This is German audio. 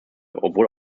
obwohl